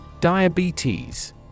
Diabetes